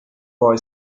boy